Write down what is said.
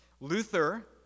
Luther